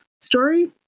story